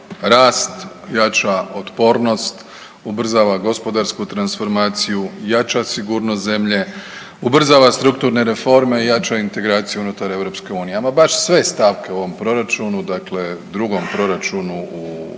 rast, jača otpornost, ubrzava gospodarsku transformaciju, jača sigurnost zemlje, ubrzava strukturne reforme i jača integraciju unutar EU, ama baš sve stavke u ovom proračunu, dakle drugom proračunu u